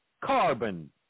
Carbon